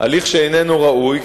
הליך שאיננו ראוי,